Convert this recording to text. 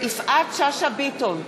יפעת שאשא ביטון,